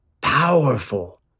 powerful